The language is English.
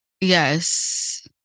Yes